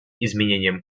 изменением